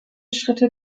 schritte